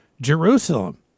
Jerusalem